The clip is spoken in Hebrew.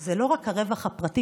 זה לא רק הרווח הפרט,